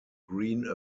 green